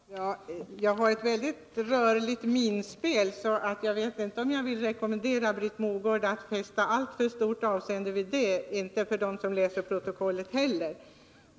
Herr talman! Jag har ett väldigt rörligt minspel, så jag vet inte om jag vill rekommendera Britt Mogård att fästa alltför stort avseende vid det. Det gäller även dem som läser protokollet.